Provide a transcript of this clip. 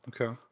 Okay